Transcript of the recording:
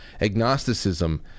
agnosticism